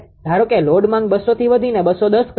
ધારો કે લોડ માંગ 200 થી વધીને 210 કહે છે